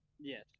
Yes